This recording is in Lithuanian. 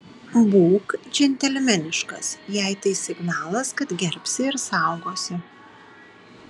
būk džentelmeniškas jai tai signalas kad gerbsi ir saugosi